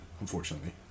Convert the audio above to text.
unfortunately